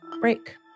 break